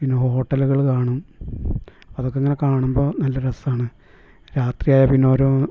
പിന്നെ ഹോട്ടലുകൾ കാണും അതൊക്കെ ഇങ്ങനെ കാണുമ്പം നല്ല രസമാണ് രാത്രിയായാൽ പിന്നെ ഓരോ